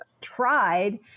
tried